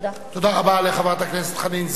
תודה רבה לחברת הכנסת חנין זועבי.